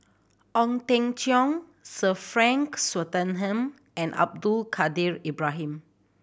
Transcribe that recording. Ong Teng Cheong Sir Frank Swettenham and Abdul Kadir Ibrahim